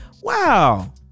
wow